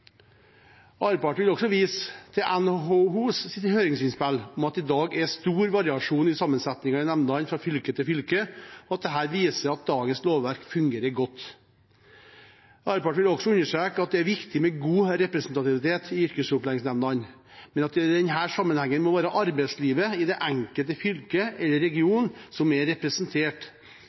Arbeiderpartiet vil også vise til NHOs høringsinnspill om at det i dag er stor variasjon i sammensetningen i nemndene fra fylke til fylke, og at dette viser at dagens lovverk fungerer godt. Arbeiderpartiet vil også understreke at det er viktig med god representativitet i yrkesopplæringsnemndene, men at det i denne sammenheng må være arbeidslivet i det enkelte fylke eller region som er representert,